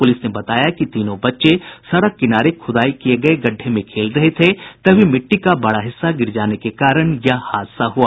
police ने बताया कि तीनों बच्चे सड़क किनारे ख़ुदाई किये गये गड्डे में खेल रहे थे तभी मिट्टी का बड़ा हिस्सा गिर जाने के कारण यह हादसा हुआ